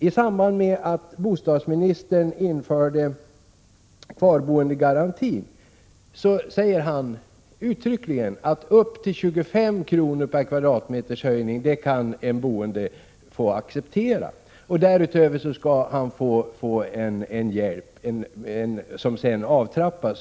I samband med att bostadsministern införde kvarboendegarantin sade han uttryckligen att en höjning på upp till 25 kr. per kvadratmeter kan den boende få acceptera. Därutöver skall man få hjälp som sedan avtrappas.